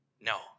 No